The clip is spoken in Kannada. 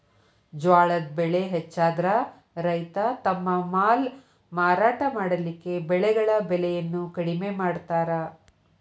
ಜ್ವಾಳದ್ ಬೆಳೆ ಹೆಚ್ಚಾದ್ರ ರೈತ ತಮ್ಮ ಮಾಲ್ ಮಾರಾಟ ಮಾಡಲಿಕ್ಕೆ ಬೆಳೆಗಳ ಬೆಲೆಯನ್ನು ಕಡಿಮೆ ಮಾಡತಾರ್